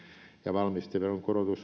valmisteveron korotus